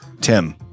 tim